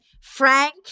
Frank